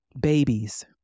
Babies